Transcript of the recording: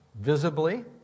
visibly